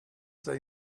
they